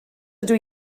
ydw